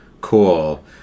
cool